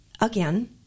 again